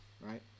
right